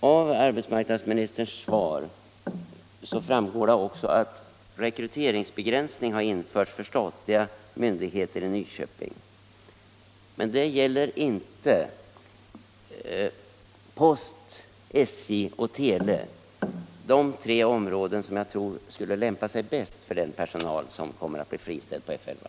Av arbetsmarknadsministerns svar framgår att ”rekryteringsbegränsning införts för statliga myndigheter i Nyköping”. Men det gäller inte post, SJ och tele — de tre områden som jag tror skulle lämpa sig bäst för den personal som kommer att bli friställd på F 11.